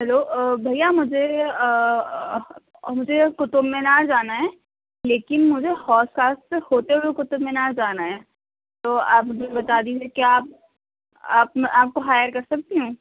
hello بھیا مجھے مجھے قطب مینار جانا ہے لیکن مجھے حوض خاص سے ہوتے ہوئے قطب مینار جانا ہے تو آپ مجھے بتا دیجیے کیا آپ آپ میں آپ کو ہائر کر سکتی ہوں